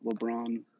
LeBron